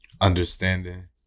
understanding